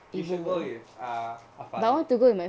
you should go with afal adik